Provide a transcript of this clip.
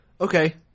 Okay